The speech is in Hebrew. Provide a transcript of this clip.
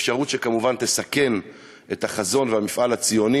אפשרות שכמובן תסכן את החזון והמפעל הציוני.